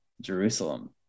Jerusalem